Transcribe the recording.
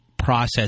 process